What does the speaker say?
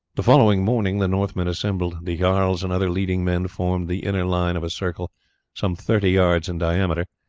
the following morning the northmen assembled. the jarls and other leading men formed the inner line of a circle some thirty yards in diameter,